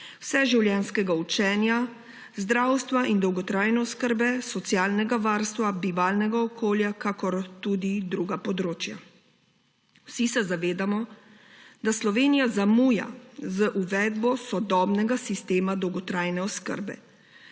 vseživljenjskega učenja, zdravstva in dolgotrajne oskrbe, socialnega varstva, bivalnega okolja, kakor tudi druga področja. Vsi se zavedamo, da Slovenija zamuja z uvedbo sodobnega sistema dolgotrajne oskrbe.